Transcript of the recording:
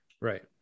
Right